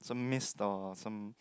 some mist or some